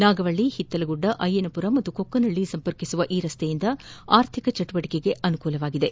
ನಾಗವಳ್ಳಿ ಒತ್ತಲಗುಡ್ಡ ಅಯ್ಯನಮರ ಹಾಗೂ ಕೊಕ್ಕನಹಳ್ಳಿ ಸಂಪರ್ಕಿಸುವ ಈ ರಸ್ತೆಯಿಂದ ಆರ್ಥಿಕ ಚಟುವಟಿಕೆಗೆ ಅನುಕೂಲವಾಗಿದೆ